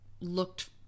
looked